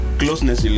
closeness